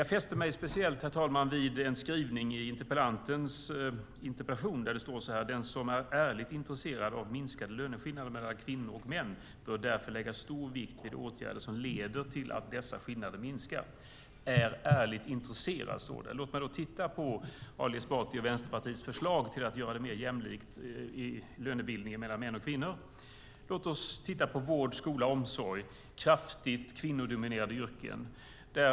Jag fäster mig speciellt vid en skrivning i interpellationen: "Den som ärligt är intresserad av minskade löneskillnader mellan kvinnor och män bör . lägga stor vikt vid åtgärder som leder till att dessa skillnader minskar." Ärligt intresserad, står det. Låt mig då titta på Ali Esbatis och Vänsterpartiets förslag till att göra det mer jämlikt i lönebildningen mellan män och kvinnor! Låt oss titta på vård, skola och omsorg, med kraftigt kvinnodominerade yrken.